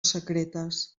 secretes